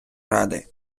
ради